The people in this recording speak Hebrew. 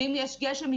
ואם יש גשם,